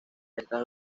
estas